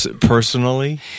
personally